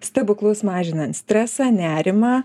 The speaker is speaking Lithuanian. stebuklus mažinant stresą nerimą